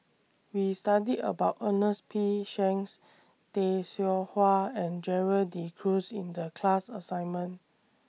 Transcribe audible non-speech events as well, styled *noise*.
We studied about Ernest P Shanks Tay Seow Huah and Gerald De Cruz in The class *noise* assignment